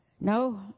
No